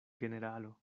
generalo